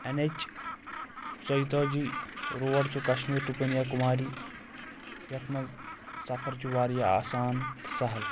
N اٮ۪چ ژۄیہِ تٲجی روڈ چھُ کشمیٖر ٹُو کنیاکُماری یتھ منٛز سفر چھُ واریاہ آسان سہل